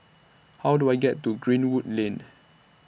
How Do I get to Greenwood Lane